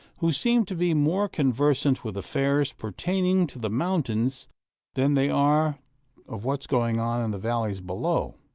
who seem to be more conversant with affairs pertaining to the mountains than they are of what is going on in the valleys below.